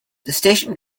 station